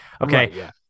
Okay